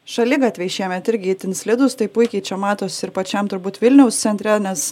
šaligatviai šiemet irgi itin slidūs tai puikiai čia matosi ir pačiam turbūt vilniaus centre nes